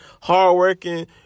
hardworking